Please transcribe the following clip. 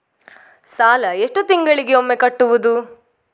ಸಾಲ ಎಷ್ಟು ತಿಂಗಳಿಗೆ ಒಮ್ಮೆ ಕಟ್ಟುವುದು?